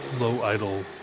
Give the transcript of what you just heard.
low-idle